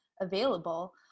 available